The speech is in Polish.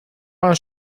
pan